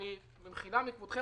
במחילה מכבודכם,